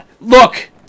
Look